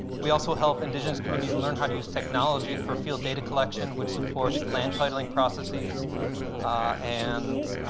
we also help indigenous communities learn how to use technology for field data collection, which supports land titling processes and